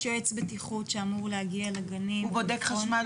יש יועץ בטיחות שאמור להגיע לגנים --- הוא בודק חשמל,